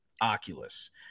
Oculus